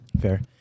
Fair